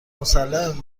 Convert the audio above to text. مسلمه